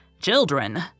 Children